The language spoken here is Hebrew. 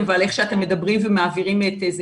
ועל איך שאתם מדברים ומעבירים את המסר.